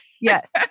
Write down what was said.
Yes